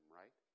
right